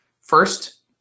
First